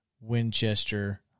Winchester